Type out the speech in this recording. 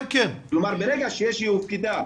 כלומר ברגע שהיא הופקדה,